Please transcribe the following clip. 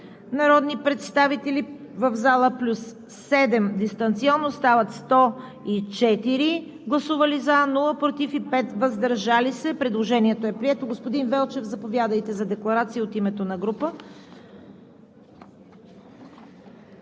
народни представители в залата плюс 7 дистанционно стават за 104, против няма, въздържали се 5. Предложението е прието. Господин Велчев, заповядайте за декларация от името на група.